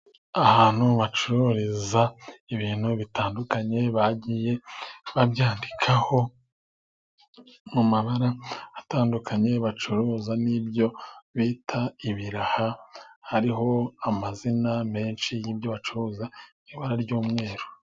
Ahantu bacururiza ibintu bitandukanye ,bagiye babyandikaho mu mabara atandukanye ,bacuruza n'ibyo bita ibiraha, hariho amazina menshi y'ibyo bacuruza mu ibara ry'umweru.